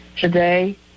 Today